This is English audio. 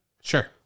Sure